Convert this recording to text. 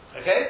Okay